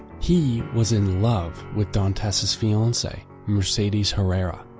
he was in love with dantes's fiancee, mercedes herrera,